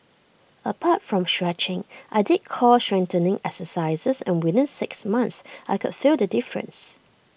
apart from stretching I did core strengthening exercises and within six months I could feel the difference